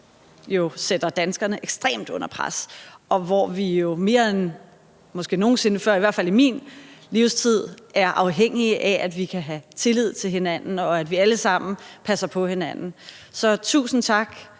sætter danskerne ekstremt under pres, og hvor vi jo mere end måske nogen sinde før, i hvert fald i min livstid, er afhængige af, at vi kan have tillid til hinanden, og at vi alle sammen passer på hinanden. Så tusind tak